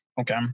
Okay